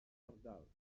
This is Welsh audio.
ardal